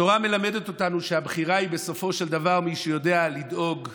התורה מלמדת אותנו שהבחירה היא בסופו של דבר במי שיודע לדאוג לחלש,